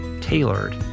tailored